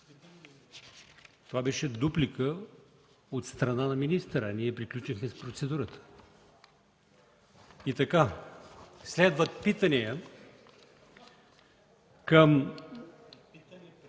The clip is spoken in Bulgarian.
Това беше дуплика от страна на министъра, а ние приключихме с процедурата. Следват питания към